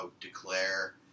Declare